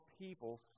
people